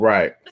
Right